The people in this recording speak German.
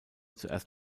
zuerst